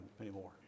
anymore